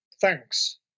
thanks